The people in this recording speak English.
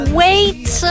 wait